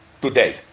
today